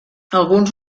alguns